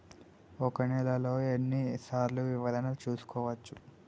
ఒక నెలలో ఎన్ని సార్లు వివరణ చూసుకోవచ్చు?